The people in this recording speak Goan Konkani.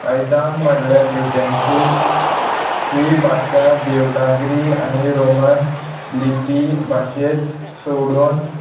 आयदान म्हणल्यार युटेन्सिल्स ही भाशा देवनागरी आनी रोमन लिपी भाशेंत सोडून